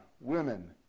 women